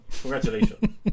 Congratulations